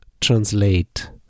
translate